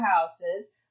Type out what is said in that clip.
houses